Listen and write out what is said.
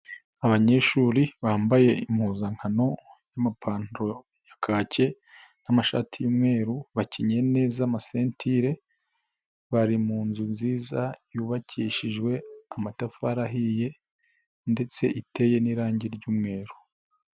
Abanyeshuri bambaye impuzankano y'amapantaro ya kake n'amashati y'umweru bakinnye neza amasentire, bari mu nzu nziza yubakishijwe amatafari ahiye, ndetse iteye n'irangi ry'umweru.